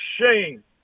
shame